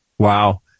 Wow